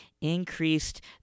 increased